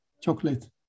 chocolate